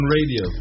Radio